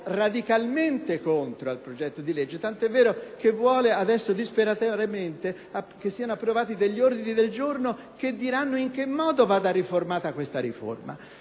radicalmente contrario al progetto di legge, tanto evero che adesso vuole che siano approvati degli ordini del giorno che diranno in che modo vada riformata questa riforma.